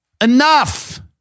Enough